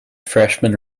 freshman